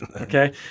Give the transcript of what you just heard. okay